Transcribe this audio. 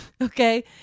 Okay